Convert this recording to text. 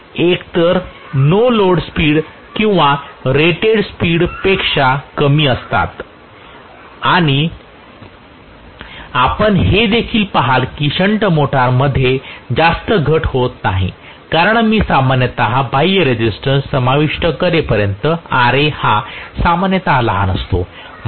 जे एकतर no load speed किंवा रेटेड स्पीड पेक्षा कमी असतात आणि आपण हे देखील पहाल की शंट मोटरमध्ये मध्ये जास्त घट होत नाही कारण मी सामान्यतः बाह्य रेसिस्टन्स समाविष्ट करेपर्यंत Ra हा सामान्यतः लहान असतो